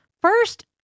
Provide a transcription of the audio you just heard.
first